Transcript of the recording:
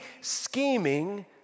scheming